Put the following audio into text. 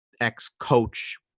ex-coach